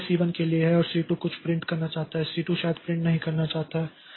तो यह c1 के लिए है और c2 भी कुछ प्रिंट करना चाहता है c2 शायद प्रिंट नहीं करना चाहता है